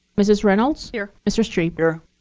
mrs. reynolds. here. mr. strebe. here.